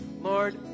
Lord